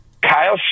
Kyle